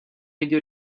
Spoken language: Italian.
medio